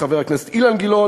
חבר הכנסת אילן גילאון,